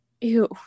ew